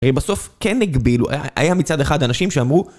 בסוף כן הגבילו, היה היה מצד אחד אנשים שאמרו...